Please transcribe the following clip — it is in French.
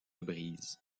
brise